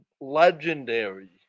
legendary